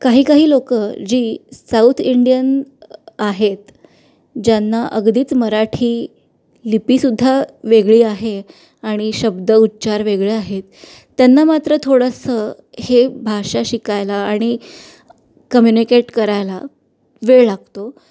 काहीकाही लोकं जी साऊथ इंडियन आहेत ज्यांना अगदीच मराठी लिपीसुद्धा वेगळी आहे आणि शब्द उच्चार वेगळे आहेत त्यांना मात्र थोडंसं हे भाषा शिकायला आणि कम्युनिकेट करायला वेळ लागतो